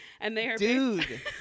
Dude